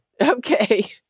Okay